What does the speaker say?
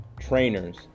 trainers